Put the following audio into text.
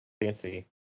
fancy